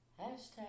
Hashtag